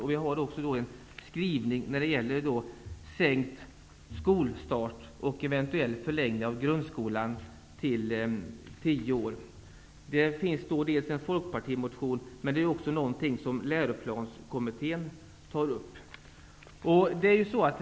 I betänkandet finns en skrivning om sänkt skolstartsålder och eventuell förlängning av grundskolan till tio år. Detta har tagits upp i en folkpartimotion men också av läroplanskommittén.